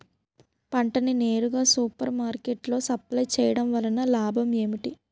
పంట ని నేరుగా సూపర్ మార్కెట్ లో సప్లై చేయటం వలన లాభం ఏంటి?